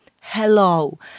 hello